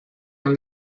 amb